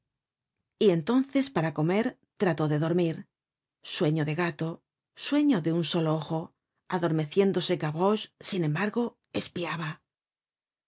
y entonces para comer trató de dormir sueño de gato sueño de un solo ojo adormeciéndose gavroche sin embargo espiaba